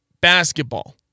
basketball